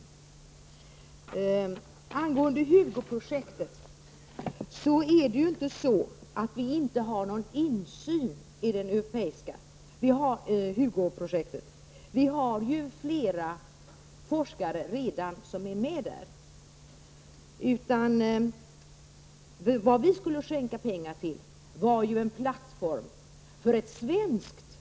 Beträffande HUGO-projektet är det ju inte så att vi inte har någon insyn i det europeiska HUGO-projektet. Vi har ju redan flera forskare med där. Vad vi skulle skänka pengar till var ju en plattform för ett svenskt HUGO projekt.